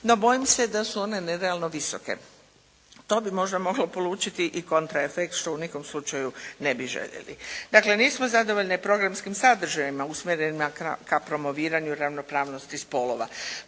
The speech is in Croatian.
no bojim se da su one nerealno visoke. To bi možda moglo polučiti i kontraefekt, što ni u kojem slučaju ne bi željeli. Dakle, nismo zadovoljne programskim sadržajima usmjerene ka promoviranju ravnopravnosti spolova.